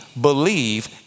believe